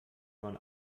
man